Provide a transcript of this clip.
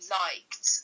liked